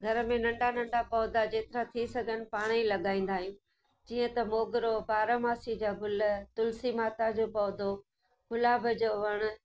घर में नंढा नंढा पौधा जेतिरा थी सघनि पाण ई लॻाईंदा आहियूं जीअं त मोगरो पारामासी जा गुल तुलसी माता जो पौधो गुलाब जो वणु